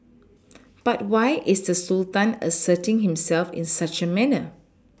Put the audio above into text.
but why is the Sultan asserting himself in such a manner